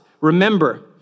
remember